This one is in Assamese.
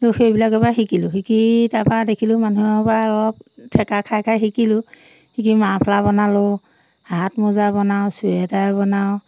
ত' সেইবিলাকৰ পৰা শিকিলোঁ শিকি তাৰপৰা দেখিলোঁ মানুহৰ পৰা অলপ থেকা খাই খাই শিকিলোঁ শিকি মাৰ্ফলা বনালোঁ হাত মোজা বনাওঁ চুৱেটাৰ বনাওঁ